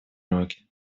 роге